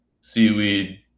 seaweed